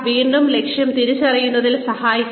വീണ്ടും ലക്ഷ്യം തിരിച്ചറിയുന്നതിൽ സഹായിക്കുക